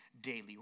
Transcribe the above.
daily